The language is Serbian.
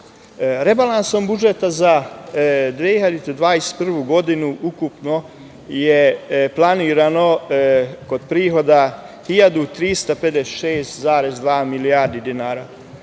nastavimo. Rebalansom budžeta za 2021. godinu ukupno je planirano kod prihoda 1.356,2 milijarde dinara,